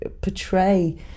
portray